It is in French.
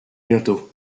bientôt